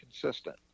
consistent